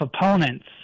opponents